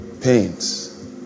pains